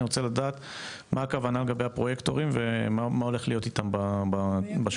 אני רוצה לדעת מה הכוונה לגבי הפרויקטורים ומה